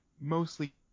mostly